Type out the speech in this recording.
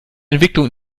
entwicklung